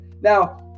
Now